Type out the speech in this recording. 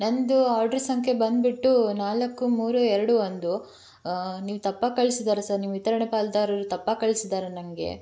ನನ್ನದು ಆರ್ಡ್ರು ಸಂಖ್ಯೆ ಬಂದ್ಬಿಟ್ಟು ನಾಲ್ಕು ಮೂರು ಎರಡು ಒಂದು ನೀವು ತಪ್ಪಾಗಿ ಕಳ್ಸಿದ್ದಾರೆ ಸರ್ ನಿಮ್ಮ ವಿತರಣೆ ಪಾಲುದಾರರು ತಪ್ಪಾಗಿ ಕಳಿಸಿದ್ದಾರೆ ನನಗೆ